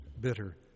bitter